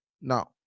Now